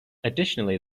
additionally